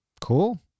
Cool